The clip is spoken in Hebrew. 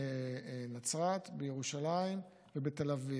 בנצרת, בירושלים ובתל אביב.